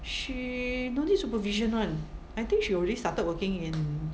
she no need supervision [one] I think she already started working in